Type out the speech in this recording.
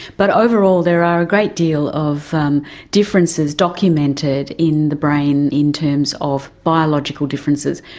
but overall there are a great deal of um differences documented in the brain in terms of biological differences.